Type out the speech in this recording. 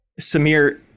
Samir